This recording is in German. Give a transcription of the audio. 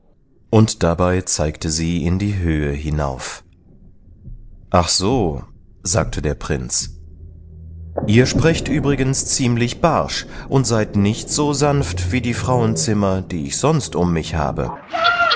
und dabei zeigte sie in die höhe hinauf ach so sagte der prinz ihr sprecht übrigens ziemlich barsch und seid nicht so sanft wie die frauenzimmer die ich sonst um mich habe